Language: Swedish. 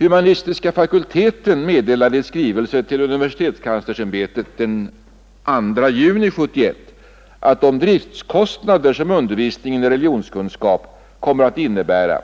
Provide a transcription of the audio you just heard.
Humanistiska fakulteten meddelade i skrivelse till universitetskanslersämbetet den 2 juni 1971 att de driftkostnader som undervisningen i religionskunskap kommer att innebära